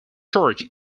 church